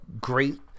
Great